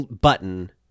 button